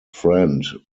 friend